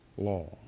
law